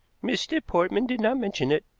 mr. portman did not mention it.